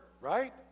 right